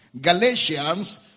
Galatians